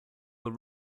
were